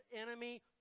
enemy